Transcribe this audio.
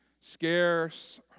Scarce